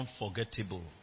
unforgettable